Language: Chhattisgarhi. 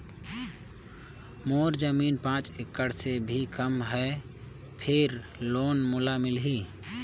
मोर जमीन पांच एकड़ से भी कम है फिर लोन मोला मिलही?